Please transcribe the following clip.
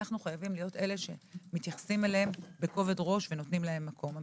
אנו חייבים להיות אלה שמתייחסים אליהן בכובד ראש ונותנים להן מקום.